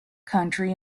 country